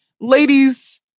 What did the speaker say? Ladies